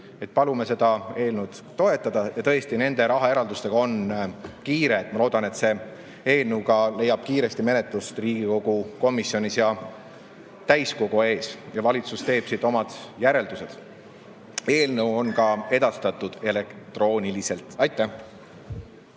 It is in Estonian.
Palume seda eelnõu toetada. Tõesti, selle rahaeraldusega on kiire. Ma loodan, et see eelnõu leiab kiiresti menetlust Riigikogu komisjonis ja täiskogu ees ning et valitsus teeb omad järeldused. Eelnõu on ka edastatud elektrooniliselt. Aitäh!